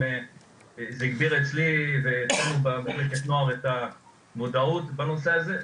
זה הגביר אצלי ובמחלקת הנוער את המודעות בנושא הזה,